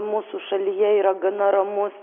mūsų šalyje yra gana ramus